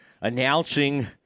announcing